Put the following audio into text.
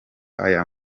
aya